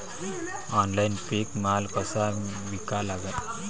Online पीक माल कसा विका लागन?